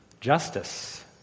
justice